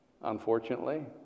unfortunately